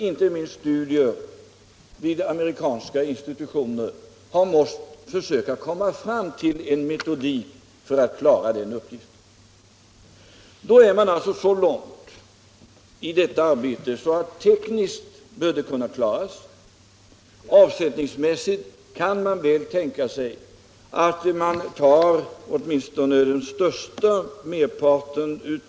Efter studier vid amerikanska institutioner har man försökt komma fram till en metodik för att lösa det problemet. Då har man alltså kommit så långt att man kan konstatera att tekniskt bör malmbrytningen kunna klaras. Avsättningsmässigt kan man tänka sig att merparten.